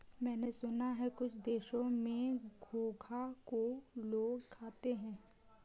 मैंने सुना है कुछ देशों में घोंघा को लोग खाते हैं